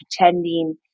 pretending